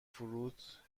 فروت